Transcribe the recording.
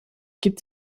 gibt